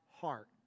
heart